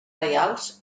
reials